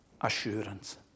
assurance